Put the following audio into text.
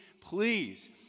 please